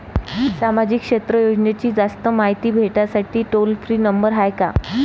सामाजिक क्षेत्र योजनेची जास्त मायती भेटासाठी टोल फ्री नंबर हाय का?